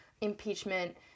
impeachment